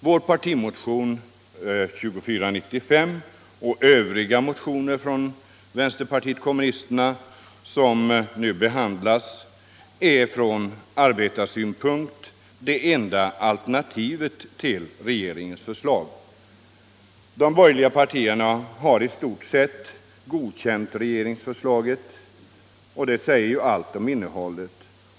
Vår partimotion 2495 och övriga motioner från vpk som nu behandlas är från arbetarsynpunkt det enda alternativet till regeringens förslag. De borgerliga partierna har i stort sett godkänt regeringsförslaget. Det säger allt om innehållet.